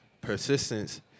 persistence